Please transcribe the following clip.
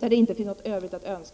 att det inte blir något övrigt att önska.